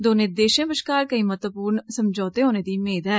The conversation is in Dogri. दौनें देशें बश्कार केई महत्वपूर्ण समझौते होने दी मेद ऐ